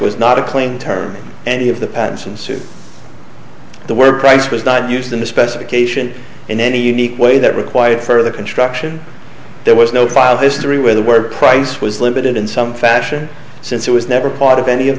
was not a claim term any of the patents and sue the word christ was not used in the specification in any unique way that required further construction there was no file history where the word price was limited in some fashion since it was never part of any of